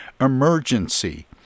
Emergency